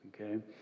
okay